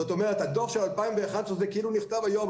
זאת אומרת, הדוח של 2011 זה כאילו נכתב היום.